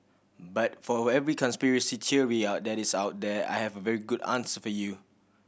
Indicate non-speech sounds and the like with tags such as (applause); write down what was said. but for every conspiracy theory (unintelligible) that is out there I have a very good answer for you